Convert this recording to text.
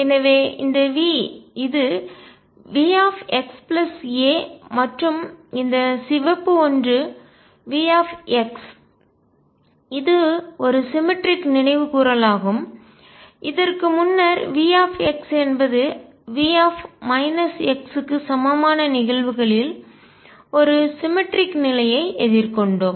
எனவே இந்த v இது V x a மற்றும் இந்த சிவப்பு ஒன்று V இது ஒரு சிமெட்ரிக் சமச்சீர்நிலை நினைவுகூறலாகும் இதற்கு முன்னர் V என்பது V க்கு சமமான நிகழ்வுகளில் ஒரு சிமெட்ரிக் சமச்சீர்மை நிலையை எதிர்கொண்டோம்